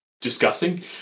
discussing